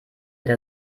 der